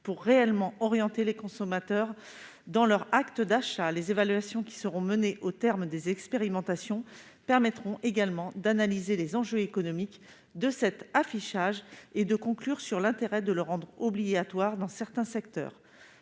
pour réellement orienter les consommateurs dans leur acte d'achat. Les évaluations qui seront conduites au terme des expérimentations permettront également d'analyser les enjeux économiques de cet affichage et de conclure quant à l'intérêt de le rendre obligatoire dans certains secteurs.